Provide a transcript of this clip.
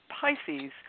Pisces